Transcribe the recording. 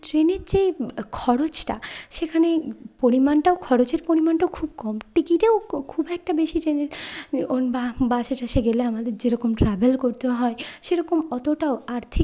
ট্রেনের যে খরচটা সেখানে পরিমাণটাও খরচের পরিমাণটা খুব কম টিকিটেও খুব একটা বেশি ট্রেনের যেমন বাসে টাসে গেলে আমাদের যেরকম ট্রাভেল করতে হয় সেরকম অতটাও আর্থিক